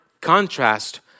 contrast